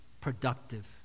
productive